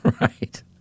Right